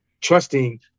trusting